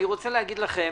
אני רוצה להגיד לכם